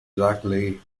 exactly